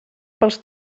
pels